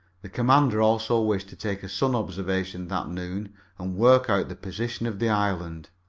the commander also wished to take a sun observation that noon and work out the position of the island.